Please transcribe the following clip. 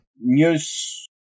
news